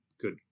good